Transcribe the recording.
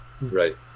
Right